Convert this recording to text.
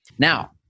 Now